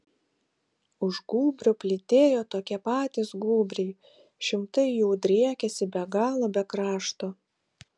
už gūbrio plytėjo tokie patys gūbriai šimtai jų driekėsi be galo be krašto